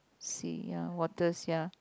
sea ya waters ya